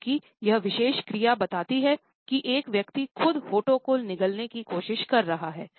क्योंकि यह विशेष क्रिया बताती है कि एक व्यक्ति खुद होठों को निगलने की कोशिश कर रहा है